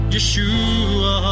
Yeshua